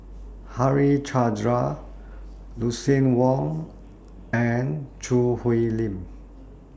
Harichandra Lucien Wang and Choo Hwee Lim